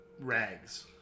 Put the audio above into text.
rags